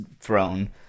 throne